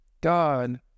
god